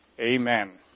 Amen